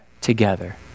together